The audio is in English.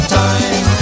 time